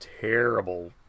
terrible